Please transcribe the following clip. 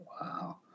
wow